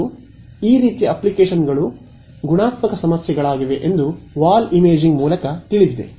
ಮತ್ತು ಈ ರೀತಿಯ ಅಪ್ಲಿಕೇಶನ್ಗಳು ಗುಣಾತ್ಮಕ ಸಮಸ್ಯೆಗಳಾಗಿವೆ ಎಂದು ವಾಲ್ ಇಮೇಜಿಂಗ್ ಮೂಲಕ ತಿಳಿದಿದೆ